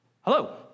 hello